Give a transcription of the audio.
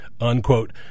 unquote